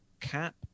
cap